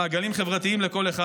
יש מעגלים חברתיים לכל אחד.